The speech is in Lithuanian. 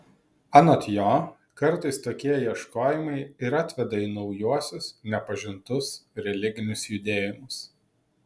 anot jo kartais tokie ieškojimai ir atveda į naujuosius nepažintus religinius judėjimus